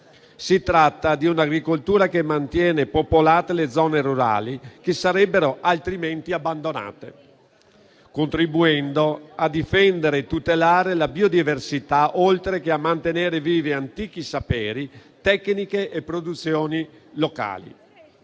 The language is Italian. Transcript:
Si tratta di un'agricoltura che mantiene popolate le zone rurali che sarebbero altrimenti abbandonate, contribuendo a difendere e tutelare la biodiversità oltre che a mantenere vivi antichi saperi, tecniche e produzioni locali.